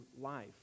life